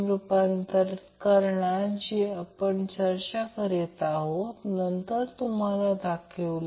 एक मी ते त्याचप्रकारे दाखवले एक मी तेच इतरांसाठी दाखवले त्याचप्रमाणे त्याचे अनुसरण करा आणि समान सोपी गोष्ट करा